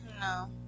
No